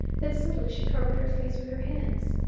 then suddenly she covered her face with her hands.